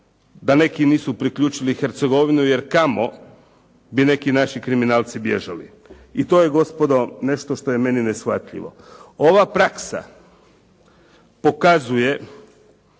da neki nisu priključili Hercegovinu jer kamo bi neki naši kriminalci bježali. I to je, gospodo, nešto što je meni neshvatljivo, ova praksa pokazuje